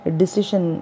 decision